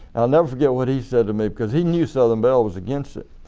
never forget what he said to me because he knew southern bell was against it.